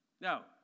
Now